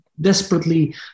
Desperately